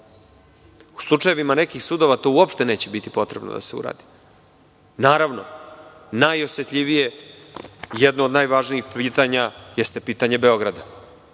U slučajevima nekih sudova, to uopšte neće biti potrebno da se uradi. Naravno, najosetljivije i jedno od najvažnijih pitanja jeste pitanje Beograda.